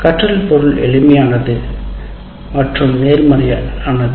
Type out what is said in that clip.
கற்றல் பொருள் எளிமையானது மற்றும் நேர்மையானது